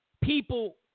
People